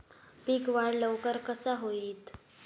पीक वाढ लवकर कसा होईत?